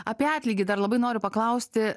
apie atlygį dar labai noriu paklausti